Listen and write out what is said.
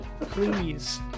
please